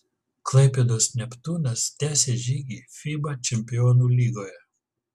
klaipėdos neptūnas tęsia žygį fiba čempionų lygoje